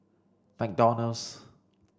McDonald's